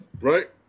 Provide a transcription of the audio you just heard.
right